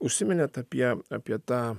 užsiminėt apie apie tą